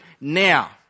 now